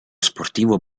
sportivo